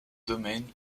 domaines